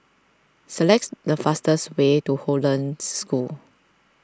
selects the fastest way to Hollandse School